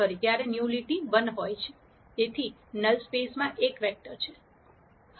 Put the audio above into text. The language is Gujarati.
તેથી નલ સ્પેસ માં એક વેક્ટર છે